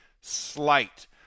slight